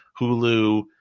Hulu